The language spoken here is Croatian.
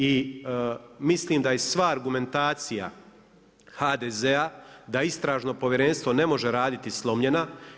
I mislim da je sva argumentacija HDZ-a da istražno povjerenstvo ne treba raditi slomljena.